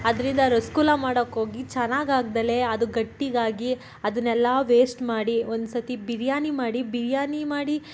ಅದರಿಂದ ರಸಗುಲ್ಲ ಮಾಡೊಕ್ಹೋಗಿ ಚೆನ್ನಾಗಾಗ್ದಲೆ ಅದು ಗಟ್ಟಿಯಾಗಿ ಅದನ್ನೆಲ್ಲಾ ವೇಸ್ಟ್ ಮಾಡಿ ಒಂದುಸತಿ ಬಿರಿಯಾನಿ ಮಾಡಿ ಬಿರಿಯಾನಿ ಮಾಡಿ